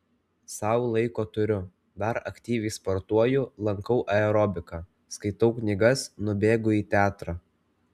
sau laiko turiu dar aktyviai sportuoju lankau aerobiką skaitau knygas nubėgu į teatrą